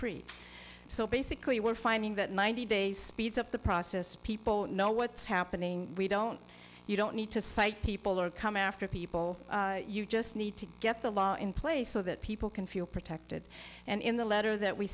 smokefree so basically we're finding that ninety days speeds up the process people know what's happening we don't you don't need to cite people or come after people you just need to get the law in place so that people can feel protected and in the letter that we